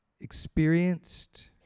Experienced